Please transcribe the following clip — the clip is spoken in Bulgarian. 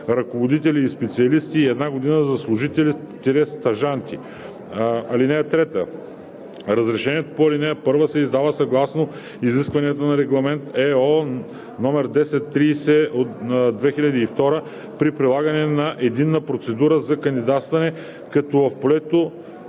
ръководители и специалисти и една година за служители – стажанти. (3) Разрешението по ал. 1 се издава съгласно изискванията на Регламент (ЕО) № 1030/2002 при прилагане на единна процедура за кандидатстване, като в полето